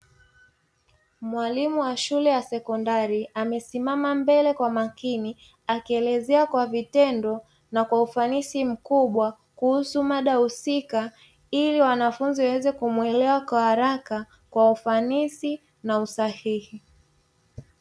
Mwalimu wa shule ya sekondari, amesimama mbele kwa makini, akielezea kwa vitendo na kwa ufanisi mkubwa kuhusu mada husika, ili wanafunzi waweze kumuelewa kwa haraka kwa ufanisi na usahihi.